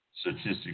statistics